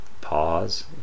Pause